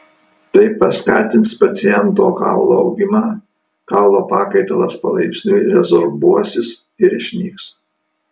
tai paskatins paciento kaulo augimą kaulo pakaitalas palaipsniui rezorbuosis ir išnyks